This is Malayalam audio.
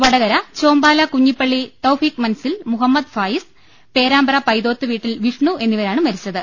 വടകര ചോമ്പാല കുഞ്ഞിപ്പള്ളി തൌഫീഖ് മൻസിൽ മുഹമ്മദ് ഫായിസ് പേരാ മ്പ്ര പൈതോത്ത് വീട്ടിൽ വിഷ്ണു എന്നിവരാണ് മരിച്ചത്